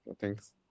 thanks